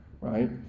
right